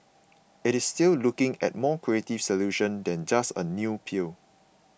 it is still looking at a more creative solution than just a new pill